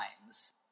times